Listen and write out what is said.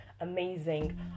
amazing